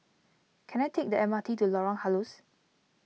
can I take the M R T to Lorong Halus